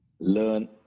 learn